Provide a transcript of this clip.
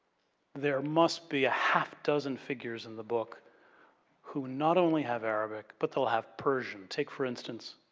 there must be a half dozen figures in the book who not only have arabic, but they'll have persian. take, for instance,